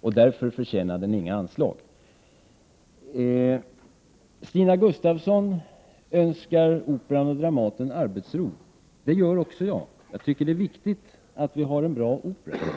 och därför förtjänar den inga anslag! Stina Gustavsson önskar Operan och Dramaten arbetsro. Det gör också jag. Jag tycker att det är viktigt att vi har en bra opera.